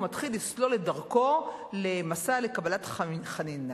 הוא מתחיל לסלול את דרכו למסע לקבלת חנינה.